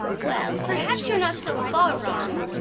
well, perhaps you're not so far wrong.